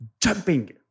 jumping